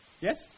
yes